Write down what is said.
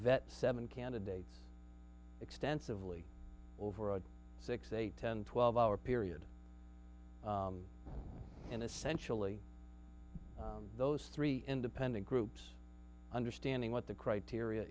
vet seven candidates extensively over a six eight ten twelve hour period and essentially those three independent groups understanding what the criteria